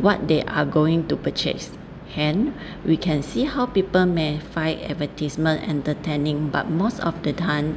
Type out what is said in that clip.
what they are going to purchase hence we can see how people may find advertisement entertaining but most of the time